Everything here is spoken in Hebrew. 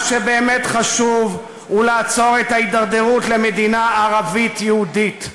מה שבאמת חשוב הוא לעצור את ההידרדרות למדינה ערבית-יהודית.